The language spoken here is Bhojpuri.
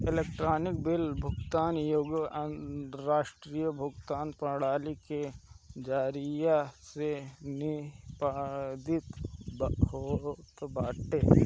इलेक्ट्रोनिक बिल भुगतान एगो राष्ट्रीय भुगतान प्रणाली के जरिया से निष्पादित होत बाटे